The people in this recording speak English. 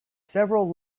several